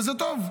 וזה טוב,